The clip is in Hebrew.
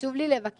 חשוב לי לבקש